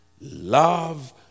love